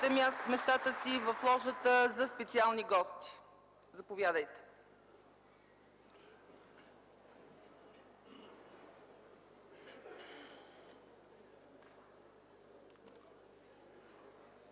местата си в ложата за специални гости. Заповядайте.